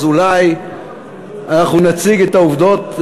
אז אולי אנחנו נציג את העובדות.